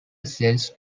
cells